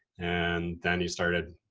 and then he started,